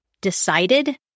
decided